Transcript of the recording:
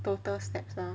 total steps lah